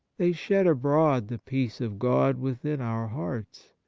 they shed abroad the peace of god within our hearts.